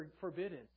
forbidden